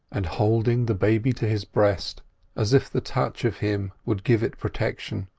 and holding the baby to his breast as if the touch of him would give it protection.